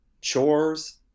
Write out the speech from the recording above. chores